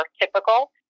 typical